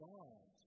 God